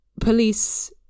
police